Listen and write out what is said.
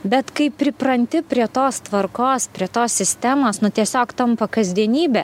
bet kai pripranti prie tos tvarkos prie tos sistemos nu tiesiog tampa kasdienybe